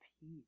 peace